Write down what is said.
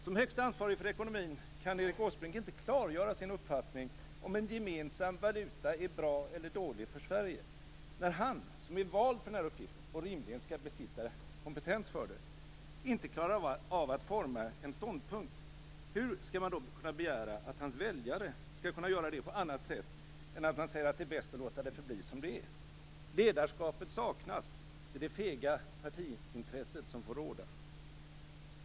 Som högsta ansvarig för ekonomin kan Erik Åsbrink inte klargöra sin uppfattning om en gemensam valuta är bra eller dålig för Sverige. När han som är vald för den uppgiften, och rimligen skall besitta kompetens för det, inte klarar av att forma en ståndpunkt, hur skall man då kunna begära att hans väljare skall kunna göra det på annat sätt än att man säger att det är bäst att låta det förbli som det är? Ledarskapet saknas. Det är det fega partiintresset som får råda.